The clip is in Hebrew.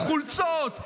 חולצות,